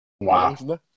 wow